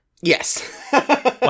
Yes